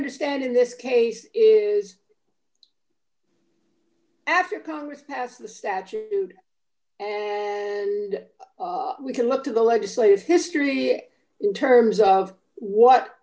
understand in this case is after congress passed the statute and we can look to the legislative history in terms of what